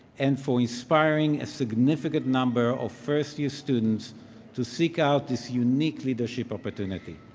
and for inspiring a significant number of first year students to seek out this unique leadership opportunity.